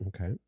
Okay